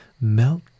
melt